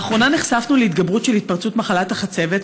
באחרונה נחשפנו להתגברות של התפרצות מחלת החצבת,